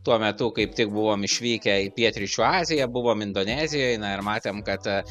tuo metu kaip tik buvom išvykę į pietryčių aziją buvom indonezijoj na ir matėm kad